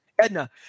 Edna